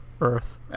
Earth